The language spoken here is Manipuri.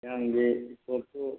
ꯃꯌꯥꯝꯒꯤ ꯎꯁꯣꯞꯁꯨ